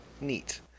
neat